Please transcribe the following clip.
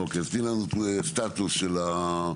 אוקי, תיתני לנו סטטוס של מה